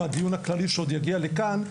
מהדיון הכללי שעוד יגיע לכאן,